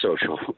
Social